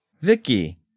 Vicky